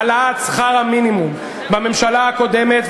העלאת שכר המינימום בממשלה הקודמת,